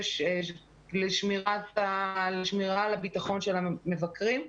--- לשמירת על הביטחון של המבקרים,